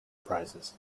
prizes